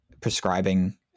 prescribing